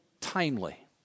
timely